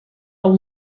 del